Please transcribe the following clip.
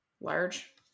large